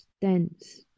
dense